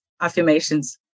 affirmations